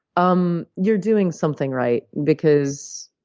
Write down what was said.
um you're doing something right because,